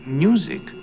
music